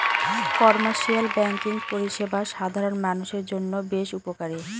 commercial banking পরিষেবা সাধারণ মানুষের জন্য বেশ উপকারী